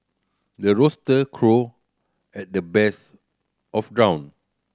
the rooster crow at the best of dawn